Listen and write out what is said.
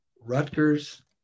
Rutgers